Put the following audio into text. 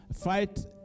Fight